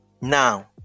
now